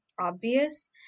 obvious